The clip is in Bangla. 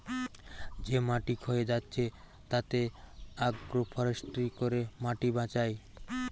যে মাটি ক্ষয়ে যাচ্ছে তাতে আগ্রো ফরেষ্ট্রী করে মাটি বাঁচায়